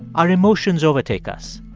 our emotions overtake us.